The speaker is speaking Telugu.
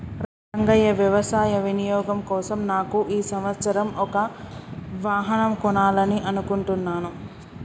రంగయ్య వ్యవసాయ వినియోగం కోసం నాకు ఈ సంవత్సరం ఒక వాహనం కొనాలని అనుకుంటున్నాను